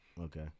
Okay